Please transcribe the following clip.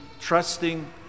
trusting